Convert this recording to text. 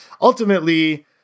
ultimately